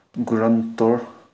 ꯒ꯭ꯔꯥꯟꯇꯣ